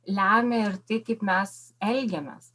lemia ir tai kaip mes elgiamės